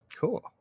Cool